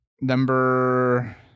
number